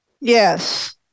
Yes